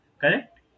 Correct